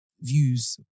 views